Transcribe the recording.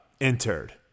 entered